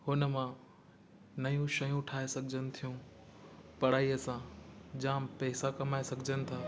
हुनमां नयूं शयूं ठाहे सघिजनि थियूं पढ़ाईअ सां जामु पेसा कमाए सघिजनि था